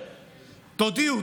תודיעו,